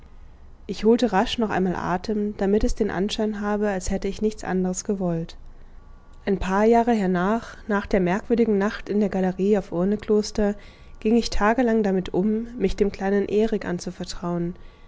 ich holte rasch noch einmal atem damit es den anschein habe als hätte ich nichts anderes gewollt ein paar jahre hernach nach der merkwürdigen nacht in der galerie auf urnekloster ging ich tagelang damit um mich dem kleinen erik anzuvertrauen